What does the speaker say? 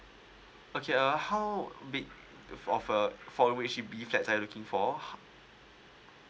okay uh how big of uh four room H_D_B flats are you looking for